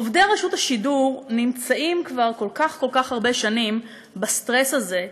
עובדי רשות השידור נמצאים כבר כל כך כל כך הרבה שנים בסטרס הזה,